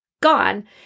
gone